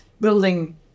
building